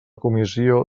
comissió